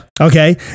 Okay